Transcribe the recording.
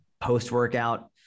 Post-workout